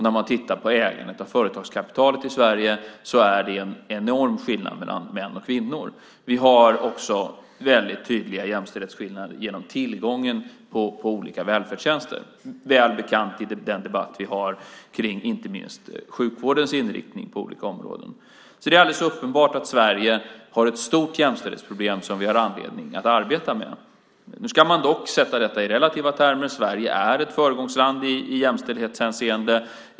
När man tittar på ägandet av företagskapitalet i Sverige är det en enorm skillnad mellan män och kvinnor. Vi har också väldigt tydliga jämställdhetsskillnader i tillgången till olika välfärdstjänster. Det är väl bekant i den debatt vi har om inte minst sjukvårdens inriktning på olika områden. Det är alldeles uppenbart att Sverige har ett stort jämställdhetsproblem som vi har anledning att arbeta med. Nu ska man dock sätta detta i relativa termer. Sverige är ett föregångsland i jämställdhetshänseende.